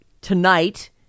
tonight